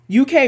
UK